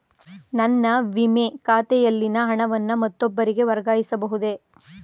ನನ್ನ ವಿಮೆ ಖಾತೆಯಲ್ಲಿನ ಹಣವನ್ನು ಮತ್ತೊಬ್ಬರಿಗೆ ವರ್ಗಾಯಿಸ ಬಹುದೇ?